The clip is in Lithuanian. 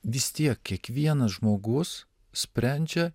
vis tiek kiekvienas žmogus sprendžia